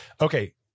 Okay